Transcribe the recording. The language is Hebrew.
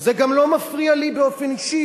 זה לא מפריע לי באופן אישי,